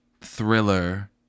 thriller